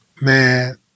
man